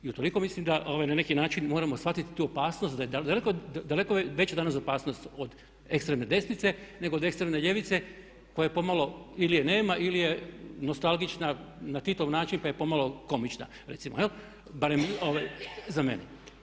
I utoliko mislim da na neki način moramo shvatiti tu opasnost da je daleko veća danas opasnost od ekstremne desnice nego od ekstremne ljevice koja je pomalo ili je nema ili je nostalgična na Titov način pa je pomalo komična recimo jel' barem za mene.